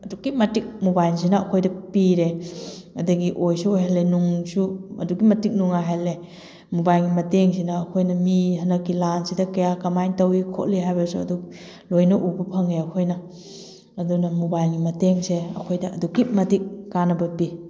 ꯑꯗꯨꯛꯀꯤ ꯃꯇꯤꯛ ꯃꯣꯕꯥꯏꯜꯁꯤꯅ ꯑꯩꯈꯣꯏꯗ ꯄꯤꯔꯦ ꯑꯗꯩ ꯑꯣꯏꯁꯨ ꯑꯣꯏꯍꯜꯂꯦ ꯅꯨꯡꯁꯨ ꯑꯗꯨꯛꯀꯤ ꯃꯇꯤꯛ ꯅꯨꯡꯉꯥꯏꯍꯜꯂꯦ ꯃꯣꯕꯥꯏꯜꯒꯤ ꯃꯇꯦꯡꯁꯤꯅ ꯑꯩꯈꯣꯏꯅ ꯃꯤ ꯍꯟꯗꯛꯀꯤ ꯂꯥꯟꯁꯤꯗ ꯀꯌꯥ ꯀꯃꯥꯏꯅ ꯇꯧꯋꯤ ꯈꯣꯠꯂꯤ ꯍꯥꯏꯕꯁꯨ ꯑꯗꯨꯝ ꯂꯣꯏꯅ ꯎꯕ ꯐꯪꯉꯦ ꯑꯩꯈꯣꯏꯅ ꯑꯗꯨꯅ ꯃꯣꯕꯥꯏꯜꯒꯤ ꯃꯇꯦꯡꯁꯦ ꯑꯩꯈꯣꯏꯗ ꯑꯗꯨꯛꯀꯤ ꯃꯇꯤꯛ ꯀꯥꯟꯅꯕ ꯄꯤ